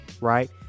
right